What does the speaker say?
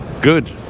Good